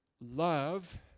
love